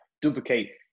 duplicate